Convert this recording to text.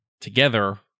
together